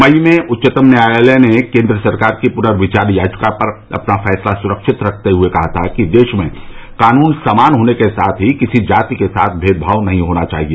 मई में उच्चतम न्यायालय ने केन्द्र सरकार की पुनर्विचार याचिका पर अपना फैसला सुरक्षित रखते हुए कहा था कि देश में कानून समान होने के साथ किसी जाति के साथ भेदभाव नहीं होना चाहिए